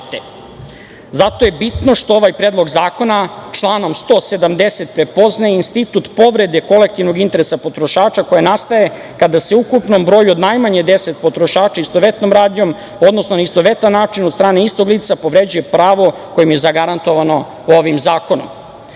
je bitno što ovaj Predlog zakona, članom 170. prepoznaje institut povrede kolektivnog interesa potrošača, koji nastaje kada se ukupnom broju od najmanje 10 potrošača istovetnom radnjom, odnosno na istovetan način od strane istog lica povređuje pravo koje je zagarantovano ovim zakonom.